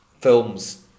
films